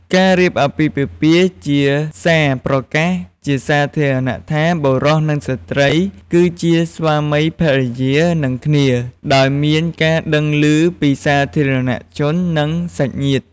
ការរៀបអាពាហ៍ពិពាហ៍ ជាសារប្រកាសជាសាធារណៈថា បុរស និងស្ត្រី គឺជាស្វាមីភរិយានឹងគ្នា ដោយមានការដឹងឮពីសាធារណជន និងសាច់ញាតិ។